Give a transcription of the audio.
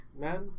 man